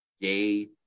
gay